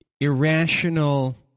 irrational